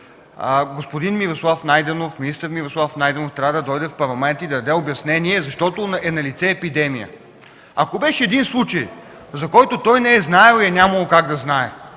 същия призив – министър Мирослав Найденов трябва да дойде в Парламента и да даде обяснение, защото е налице епидемия. Ако беше един случай, за който той не е знаел и е нямало как да знае,